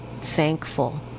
thankful